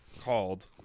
called